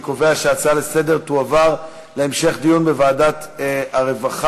אני קובע שההצעה לסדר-היום תועבר להמשך דיון בוועדת העבודה.